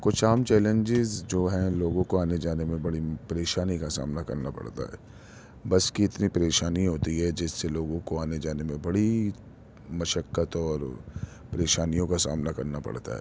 کچھ عام چیلینجز جو ہیں لوگوں کو آنے جانے میں بڑی پریشانی کا سامنا کرنا پڑتا ہے بس کی اتنی پریشانی ہوتی ہے جس سے لوگوں کو آنے جانے میں بڑی مشقت اور پریشانیوں کا سامنا کرنا پڑتا ہے